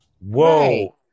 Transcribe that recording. Whoa